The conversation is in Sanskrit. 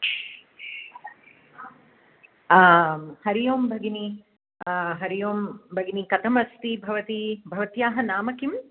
आं हरि ओं भगिनी हरि ओं भगिनी कथमस्ति भवती भवत्याः नाम किम्